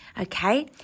Okay